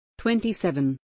27